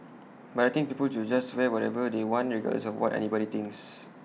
but I think people should just wear whatever they want regardless of what anybody thinks